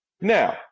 now